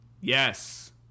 Yes